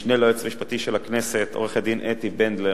המשנה ליועץ המשפטי של הכנסת עו"ד אתי בנדלר,